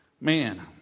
man